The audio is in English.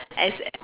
as